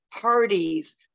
parties